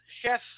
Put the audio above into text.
Chef